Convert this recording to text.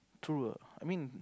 true lah I mean